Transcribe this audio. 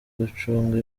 gucunga